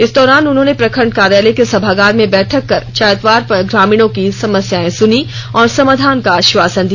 इस दौरान उन्होंने प्रखंड कार्यालय के सभागार में बैठक कर चायतवार ग्रामीणों की समस्याएं सुनीं और समाधान का आश्वासन दिया